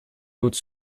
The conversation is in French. doute